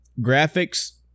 Graphics